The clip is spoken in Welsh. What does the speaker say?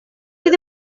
fydd